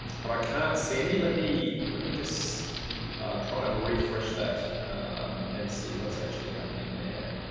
but i can't see any let me let me just try and refresh that and see what's actually happening there.